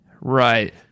right